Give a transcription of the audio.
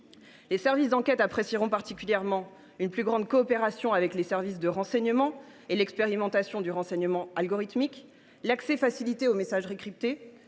Les services d’enquête apprécieront particulièrement l’amélioration de la coopération avec les services de renseignement et l’expérimentation du renseignement algorithmique, l’accès facilité aux messageries cryptées,